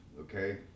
okay